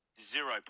zero